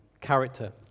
character